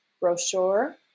brochure